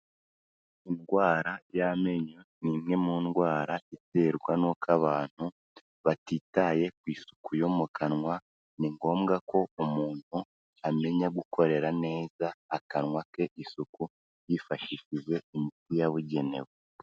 Indwara y'amenyo ni imwe mu ndwara iterwa nuko abantu batitaye ku isuku yo mu kanwa, ni ngombwa ko umuntu amenya gukorera neza akanwa ke isuku hifashishijwe imiti yabugenewe.